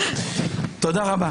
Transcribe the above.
תודה רבה.